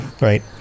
right